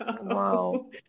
Wow